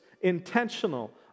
intentional